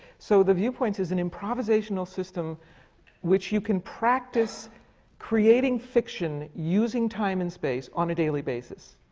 so the viewpoints is an improvisational system which you can practice creating fiction, using time and space, on a daily basis.